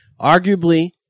arguably